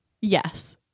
Yes